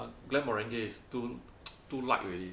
Glenmorangie is too too light already